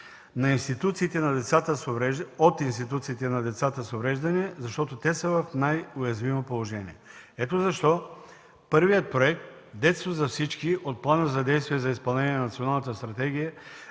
от институциите на децата с увреждания, защото те са в най-уязвимо положение. Ето защо първият проект „Детство за всички“ от плана за действие за изпълнение на националната стратегия